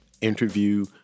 interview